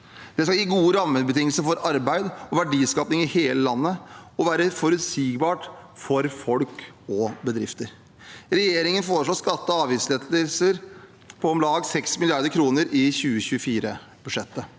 Det skal gi gode rammebetingelser for arbeid og verdiskaping i hele landet og være forutsigbart for folk og bedrifter. Regjeringen foreslår skatte- og avgiftslettelser på om lag 6 mrd. kr i 2024-budsjettet.